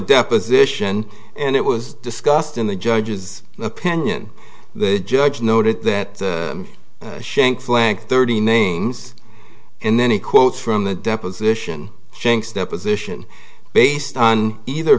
deposition and it was discussed in the judge's opinion the judge noted that shanks lank thirty names and then he quotes from the deposition shank's deposition based on either